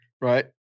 Right